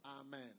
Amen